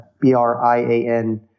b-r-i-a-n